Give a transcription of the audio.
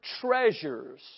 treasures